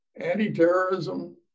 anti-terrorism